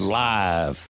live